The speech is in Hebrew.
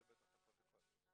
אנחנו פותחים את